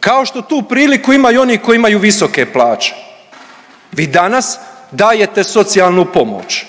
kao što tu priliku imaju i oni koji imaju visoke plaće. Vi danas dajete socijalnu pomoć,